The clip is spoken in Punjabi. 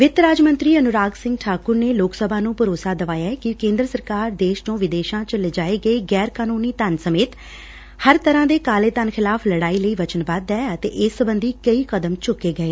ਵਿੱਤ ਰਾਜ ਮੰਤਰੀ ਅਨੁਰਾਗ ਸਿੰਘ ਠਾਕੁਰ ਨੇ ਲੋਕ ਸਭਾ ਨੂੰ ਭਰੋਸਾ ਦਵਾਇਐ ਕਿ ਕੇਂਦਰ ਸਰਕਾਰ ਦੇਸ਼ ਚੋਂ ਵਿਦੇਸ਼ਾਂ ਚ ਲੈ ਜਾਏ ਗਏ ਗੈਰ ਕਾਨੂੰਨੀ ਧਨ ਸਮੇਤ ਹਰ ਤਰ੍ਹਾਂ ਦੇ ਕਾਲੇ ਧਨ ਖਿਲਾਫ਼ ਲੜਾਈ ਲਈ ਵਚਨਬੱਧ ਐ ਅਤੇ ਇਸ ਸਬੰਧੀ ਕਈ ਕਦਮ ਚੁੱਕੇ ਗਏ